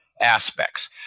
aspects